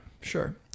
Sure